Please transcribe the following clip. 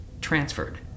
transferred